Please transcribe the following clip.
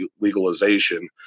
legalization